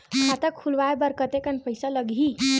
खाता खुलवाय बर कतेकन पईसा लगही?